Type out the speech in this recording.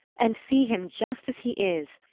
and see him just as he is,